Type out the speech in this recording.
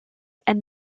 and